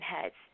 heads